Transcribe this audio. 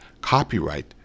Copyright